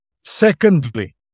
Secondly